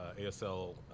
ASL